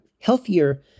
healthier